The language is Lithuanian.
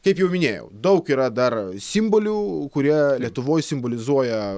kaip jau minėjau daug yra dar simbolių kurie lietuvoj simbolizuoja